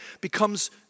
becomes